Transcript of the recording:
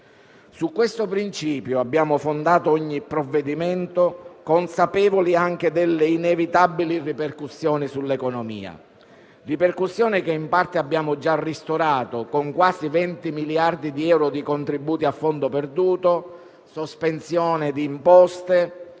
Su questo principio abbiamo fondato ogni provvedimento, consapevoli anche delle inevitabili ripercussioni sull'economia, che in parte abbiamo già ristorato, con quasi 20 miliardi di euro di contributi a fondo perduto, con la sospensione di imposte,